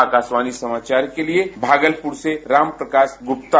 आकाशवाणी समाचार के लिए भागलपुर से राम प्रकाश गुप्ता